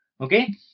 okay